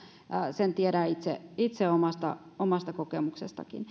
sen tiedän itse itse omastakin kokemuksesta